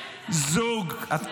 כן , כן.